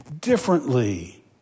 differently